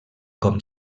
com